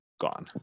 gone